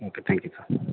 okay thank you sir